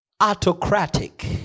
autocratic